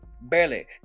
barely